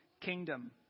kingdom